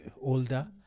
older